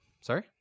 Sorry